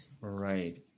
Right